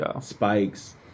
spikes